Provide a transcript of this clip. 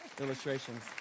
illustrations